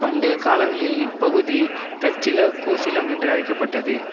பண்டைய காலங்களில் இப்பகுதி தட்சில கோசிலம் என்று அழைக்கப்பட்டது